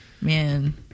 Man